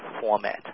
Format